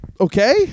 Okay